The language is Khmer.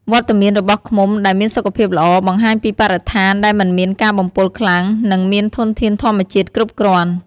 វត្តមានរបស់ឃ្មុំដែលមានសុខភាពល្អ បង្ហាញពីបរិស្ថានដែលមិនមានការបំពុលខ្លាំង និងមានធនធានធម្មជាតិគ្រប់គ្រាន់។